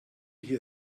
hier